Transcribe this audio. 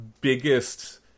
biggest